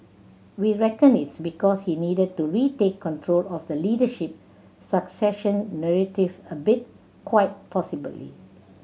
we reckon it's because he needed to retake control of the leadership succession narrative a bit quite possibly